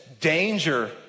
danger